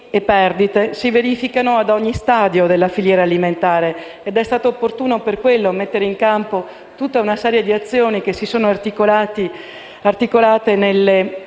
Perdite e sprechi si verificano ad ogni stadio della filiera alimentare ed è stato opportuno per tale ragione mettere in campo una serie di azioni che si sono articolate nelle